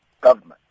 government